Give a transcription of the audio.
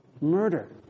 murder